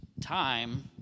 time